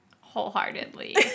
wholeheartedly